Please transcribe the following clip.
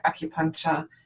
acupuncture